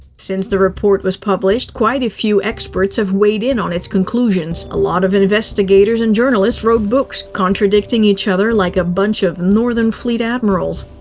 since the report was published, quite a few experts have weighed in on its conclusions. a lot of investigators and journalists wrote books, contradicting each other like a bunch of northern fleet admirals.